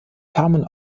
kamen